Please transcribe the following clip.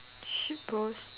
shit post